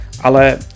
ale